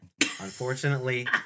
unfortunately